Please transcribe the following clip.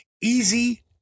easy